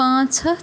پانٛژھ ہَتھ